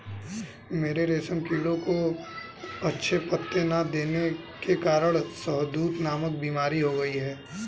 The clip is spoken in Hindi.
मेरे रेशम कीड़ों को अच्छे पत्ते ना देने के कारण शहदूत नामक बीमारी हो गई है